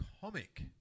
comic